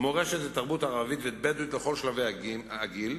מורשת ותרבות ערבית ובדואית לכל שלבי הגיל,